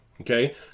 Okay